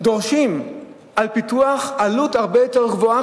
דורשים על פיתוח עלות הרבה יותר גבוהה,